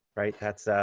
right? that's